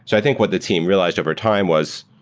so i think what the team realized overtime was